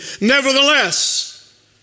Nevertheless